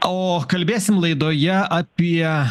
o kalbėsim laidoje apie